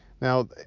Now